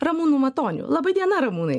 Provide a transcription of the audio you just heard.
ramūnu matoniu laba diena ramūnai